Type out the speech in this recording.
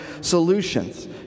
solutions